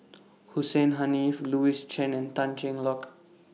Hussein Haniff Louis Chen and Tan Cheng Lock